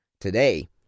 Today